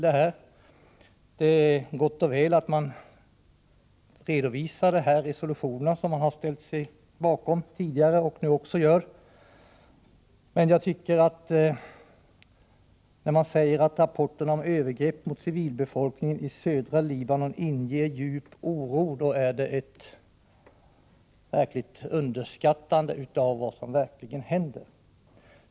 Det är gott och väl att man redovisar resolutionerna som man ställer sig bakom, nu liksom tidigare, men när man säger att rapporten om övergrepp mot civilbefolkningen i södra Libanon inger djup oro, tycker jag att det är ett verkligt underskattande av vad som händer.